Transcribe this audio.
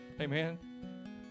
Amen